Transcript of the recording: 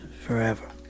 forever